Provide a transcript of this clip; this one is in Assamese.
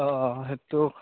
অ' অ' সেইটো